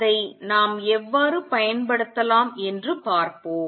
அதை நாம் எவ்வாறு பயன்படுத்தலாம் என்று பார்ப்போம்